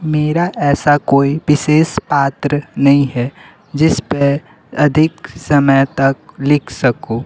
मेरा ऐसा कोई विशेष पात्र नहीं है जिस पर अधिक समय तक लिख सकूँ